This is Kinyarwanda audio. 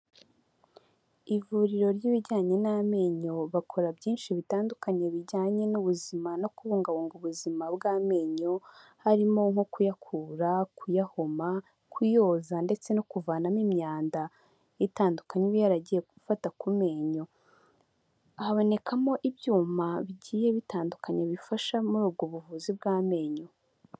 Ivuriro ry'ibijyanye n'amenyo, bakora byinshi bitandukanye bijyanye n'ubuzima no kubungabunga ubuzima bw'amenyo, harimo nko kuyakura, kuyahoma, kuyoza ndetse no kuvanamo imyanda itandukanye iba yaragiye gufata ku menyo, habonekamo ibyuma bigiye bitandukanye bifasha muri ubwo buvuzi bw'amenyo.